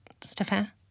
Stefan